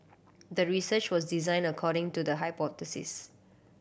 the research was designed according to the hypothesis